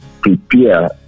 prepare